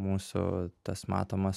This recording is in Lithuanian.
mūsų tas matomas